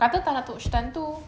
kata tak nak tengok cerita hantu